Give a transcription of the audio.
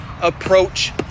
approach